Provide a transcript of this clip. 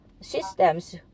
systems